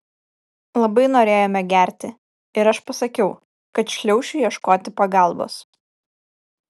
labai norėjome gerti ir aš pasakiau kad šliaušiu ieškoti pagalbos